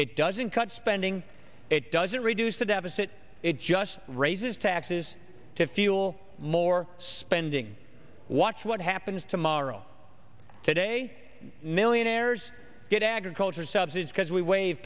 it doesn't cut spending it doesn't reduce the deficit it just raises taxes to fuel more spending watch what happens tomorrow today millionaires get agriculture subsidies because we wave